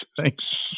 Thanks